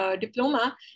diploma